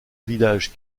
village